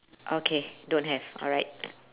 okay don't have alright